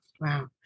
Wow